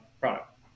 product